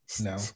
No